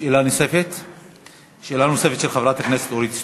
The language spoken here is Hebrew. שאלה נוספת של חברת הכנסת אורית סטרוק.